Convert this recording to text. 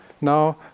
now